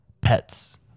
pets